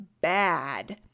bad